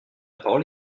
parole